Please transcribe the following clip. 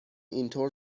اینطور